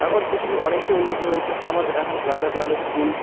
এখন পৃথিবী অনেকটাই উন্নত হয়েছে আমাদের এখন গ্রামে গ্রামে স্কুল